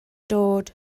dod